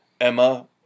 Emma